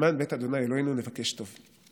למען בית ה' אלוהינו נבקש טוב.